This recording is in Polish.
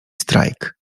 strajk